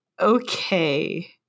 okay